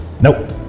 Nope